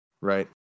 Right